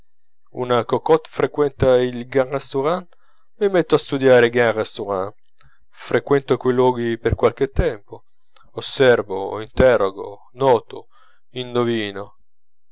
una cocotte frequenta i gran restaurants mi metto a studiare i gran restaurants frequento quei luoghi per qualche tempo osservo interrogo noto indovino